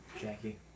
Jackie